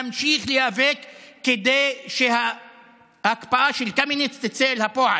נמשיך להיאבק כדי שההקפאה של קמיניץ תצא לפועל,